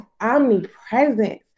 omnipresent